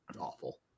awful